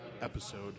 episode